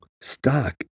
stuck